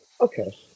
Okay